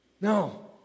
No